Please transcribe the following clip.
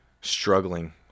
struggling